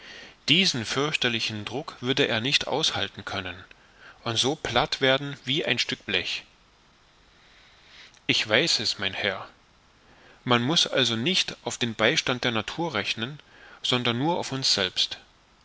diesen fürchterlichen druck würde er nicht aushalten können und so platt werden wie ein stück blech ich weiß es mein herr man muß also nicht auf den beistand der natur rechnen sondern nur auf uns selbst